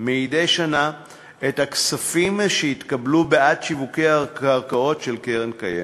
מדי שנה את הכספים שהתקבלו בעד שיווקי הקרקעות של הקרן הקיימת.